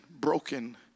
broken